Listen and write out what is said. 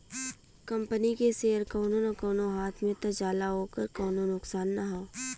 company के share कउनो न कउनो हाथ मे त जाला ओकर कउनो नुकसान ना हौ